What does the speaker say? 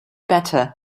better